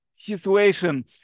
situation